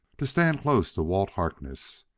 to stand close to walt harkness.